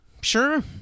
Sure